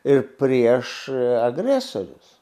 ir prieš agresorius